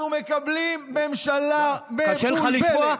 אנחנו מקבלים ממשלה מבולבלת.